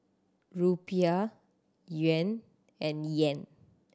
Rupiah Yuan and Yen